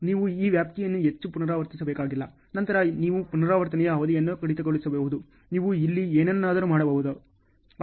ನೀವು ಈ ವ್ಯಾಪ್ತಿಯನ್ನು ಹೆಚ್ಚು ಪುನರಾವರ್ತಿಸಬೇಕಾಗಿಲ್ಲ ನಂತರ ನೀವು ಪುನರಾವರ್ತನೆಯ ಅವಧಿಯನ್ನು ಕಡಿತಗೊಳಿಸಬಹುದು ನೀವು ಇಲ್ಲಿ ಏನಾದರೂ ಮಾಡಬಹುದು